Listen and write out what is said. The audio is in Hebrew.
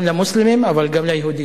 גם למוסלמים, אבל גם ליהודים.